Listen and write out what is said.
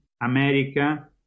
America